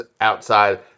outside